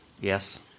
Yes